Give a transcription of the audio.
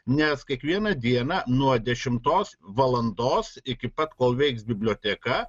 nes kiekvieną dieną nuo dešimtos valandos iki pat kol veiks biblioteka